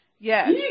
Yes